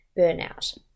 burnout